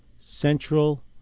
central